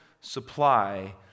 supply